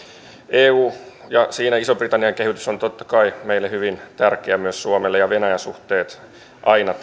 eu ja siinä ison britannian kehitys on totta kai meille hyvin tärkeää myös suomelle ja venäjän suhteet ovat aina